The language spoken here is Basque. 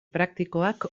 praktikoak